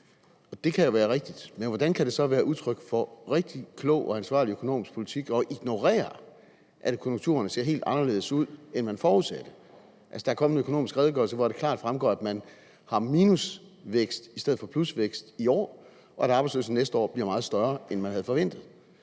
og det kan jo være rigtigt nok, men hvordan kan det så være udtryk for en rigtig klog og ansvarlig økonomisk politik at ignorere, at konjunkturerne ser helt anderledes ud, end man forudsatte? Altså, Økonomisk Redegørelse er kommet, og af den fremgår det klart, at man har minusvækst i stedet for plusvækst i år, og at arbejdsløsheden næste år bliver meget større, end man havde forventet.